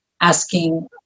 asking